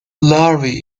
larvae